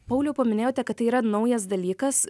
pauliau paminėjote kad tai yra naujas dalykas